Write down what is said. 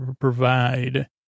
provide